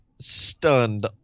stunned